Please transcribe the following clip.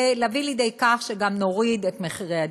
ולהביא לידי כך שגם נוריד את מחירי הדיור.